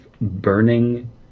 burning